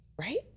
right